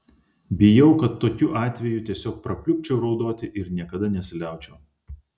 bijau kad tokiu atveju tiesiog prapliupčiau raudoti ir niekada nesiliaučiau